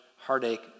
Heartache